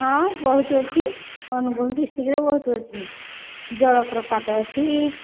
ହଁ ବହୁତ ଅଛି ଅନୁଗୁଳ ଡିଷ୍ଟ୍ରିକ୍ଟରେ ବହୁତ ଅଛି ଜଳପ୍ରପାତ ଅଛି